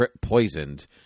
poisoned